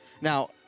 Now